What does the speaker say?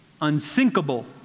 unsinkable